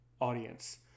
audience